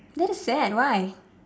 that is sad why